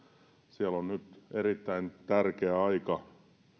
on nyt erittäin tärkeä aika